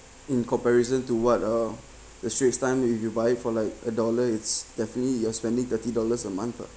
in comparison to what uh the straits time if you buy for like a dollar it's definitely you are spending thirty dollars a month lah